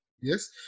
Yes